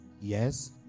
yes